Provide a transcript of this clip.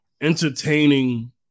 entertaining